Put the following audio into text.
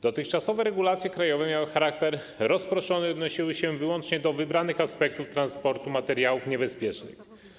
Dotychczasowe regulacje krajowe miały charakter rozproszony i odnosiły się wyłącznie do wybranych aspektów transportu materiałów niebezpiecznych.